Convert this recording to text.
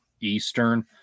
eastern